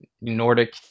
Nordic